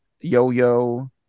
Yo-Yo